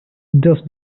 does